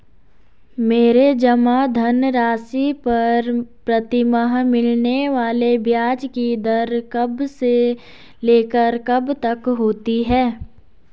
मेरे जमा धन राशि पर प्रतिमाह मिलने वाले ब्याज की दर कब से लेकर कब तक होती है?